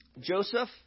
Joseph